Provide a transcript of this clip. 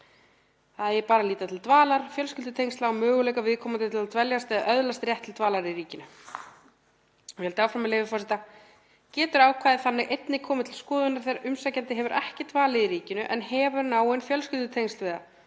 það eigi bara að líta til dvalar, fjölskyldutengsla og möguleika viðkomandi til að dveljast eða öðlast rétt til dvalar í ríkinu. Ég held áfram, með leyfi forseta: „Getur ákvæðið þannig einnig komið til skoðunar þegar umsækjandi hefur ekki dvalið í ríkinu en hefur náin fjölskyldutengsl við það,